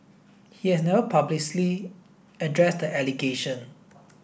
he has never publicly addressed the allegation